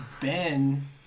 Ben